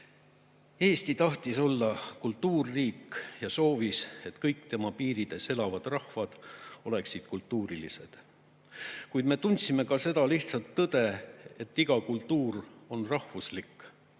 Eesti tahtis olla kultuurriik ja soovis, et kõik tema piirides elavad rahvad oleksid kultuurilised. Kuid me tundsime ka seda lihtsat tõde, et iga kultuur on rahvuslik.